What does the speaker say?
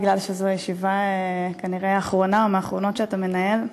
בגלל שזו כנראה הישיבה האחרונה או מהאחרונות שאתה מנהל.